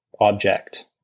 object